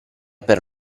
per